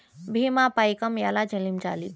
భీమా పైకం ఎలా చెల్లించాలి?